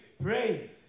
Praise